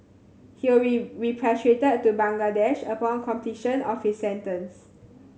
he will repatriated to Bangladesh upon completion of his sentence